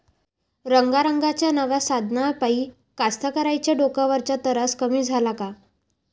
रंगारंगाच्या नव्या साधनाइपाई कास्तकाराइच्या डोक्यावरचा तरास कमी झाला का?